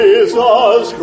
Jesus